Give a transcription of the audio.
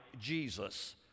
Jesus